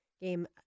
game